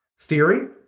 theory